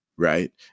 Right